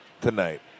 tonight